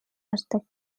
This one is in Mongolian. гардаг